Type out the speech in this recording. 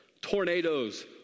tornadoes